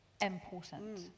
important